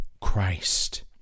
Christ